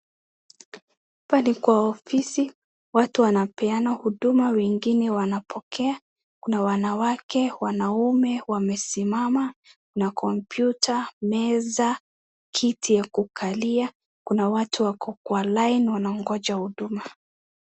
Hapa ni kwa ofisi, watu wanapeana huduma, wenngine wanapokea, kuna wanawake, wanaume, wamesimama na computer , meza, kiti ya kukalia, kuna watu wako kwa line wanaongoja huduma.